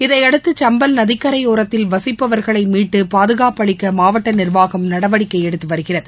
இதையடுத்து சம்பல் நதிக்கரையோரத்தில் வசிப்பவர்களைமீட்டுபாதுகாப்பு அளிக்கமாவட்டநிர்வாகம் நடவடிக்கைஎடுத்துவருகிறது